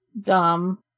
dumb